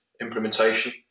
implementation